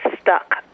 stuck